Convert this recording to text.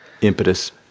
Impetus